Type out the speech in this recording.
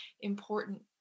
important